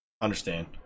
Understand